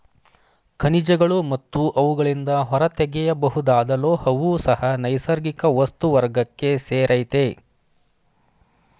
ಖನಿಜಗಳು ಮತ್ತು ಅವುಗಳಿಂದ ಹೊರತೆಗೆಯಬಹುದಾದ ಲೋಹವೂ ಸಹ ನೈಸರ್ಗಿಕ ವಸ್ತು ವರ್ಗಕ್ಕೆ ಸೇರಯ್ತೆ